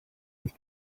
with